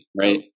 Right